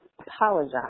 apologize